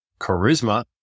charisma